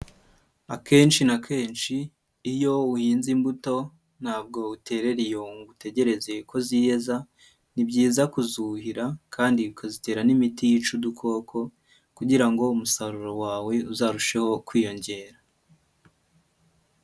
Akenshi na kenshi iyo uhinze imbuto ntabwo uterera iyo ngo utegereze ko ziyeza, ni byiza kuzuhira kandi ukazitera n'imiti yica udukoko, kugira ngo umusaruro wawe uzarusheho kwiyongera.